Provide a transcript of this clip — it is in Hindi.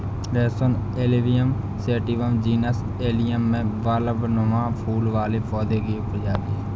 लहसुन एलियम सैटिवम जीनस एलियम में बल्बनुमा फूल वाले पौधे की एक प्रजाति है